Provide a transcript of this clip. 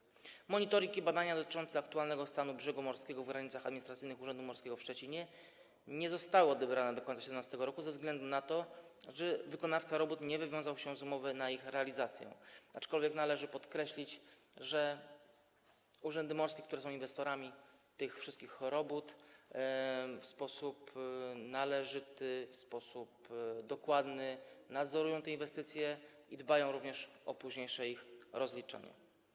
Jeśli chodzi o monitoring i badania dotyczące aktualnego stanu brzegu morskiego w granicach administracyjnych Urzędu Morskiego w Szczecinie, nie zostało to odebrane do końca 2017 r. ze względu na to, że wykonawca robót nie wywiązał się z umowy na ich realizację, aczkolwiek należy podkreślić, że urzędy morskie, które są inwestorami tych wszystkich robót, w sposób należyty, w sposób dokładny nadzorują te inwestycje i dbają również o późniejsze ich rozliczenie.